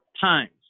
times